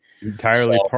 entirely